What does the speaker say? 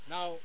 Now